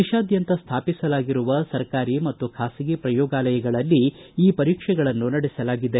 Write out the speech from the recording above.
ದೇಶಾದ್ಯಂತ ಸ್ಥಾಪಿಸಲಾಗಿರುವ ಸರ್ಕಾರಿ ಮತ್ತು ಖಾಸಗಿ ಪ್ರಯೋಗಾಲಯಗಳಲ್ಲಿ ಈ ಪರೀಕ್ಷೆಗಳನ್ನು ನಡೆಸಲಾಗಿದೆ